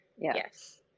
yes